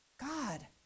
God